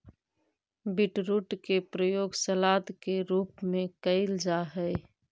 beetroot के प्रयोग salad के रूप में कैल जा हइ